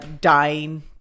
dying